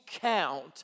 count